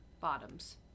bottoms